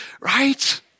Right